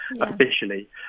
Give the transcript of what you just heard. officially